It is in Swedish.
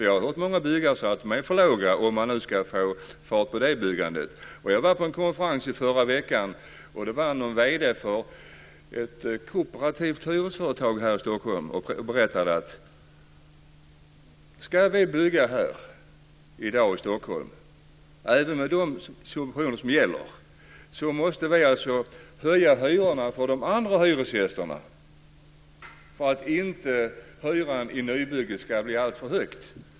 Jag har hört många byggare säga att subventionerna är för små för att man ska få fart på det byggandet. Jag var på en konferens i förra veckan. Det var en vd för ett kooperativt hyresföretag här i Stockholm som berättade: Ska vi bygga i dag i Stockholm, även med de subventioner som gäller, måste vi höja hyrorna för de andra hyresgästerna för att hyran i nybygget inte ska bli alltför hög.